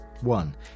One